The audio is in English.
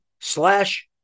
slash